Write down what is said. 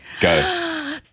Go